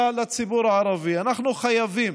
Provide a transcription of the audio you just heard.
לציבור הערבי: אנחנו חייבים